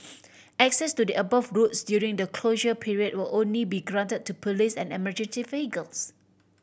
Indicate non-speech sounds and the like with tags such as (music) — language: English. (noise) access to the above roads during the closure period will only be granted to police and emergency vehicles